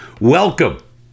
welcome